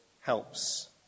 helps